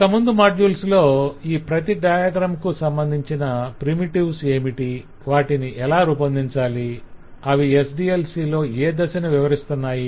ఇక ముందు మాడ్యూల్స్ లో ఈ ప్రతి డయాగ్రం కు సంబంధించిన ప్రీమిటివ్స్ ఏమిటి వాటిని ఎలా రూపొందించాలి అవి SDLC లో ఏ దశను వివరిస్తున్నాయి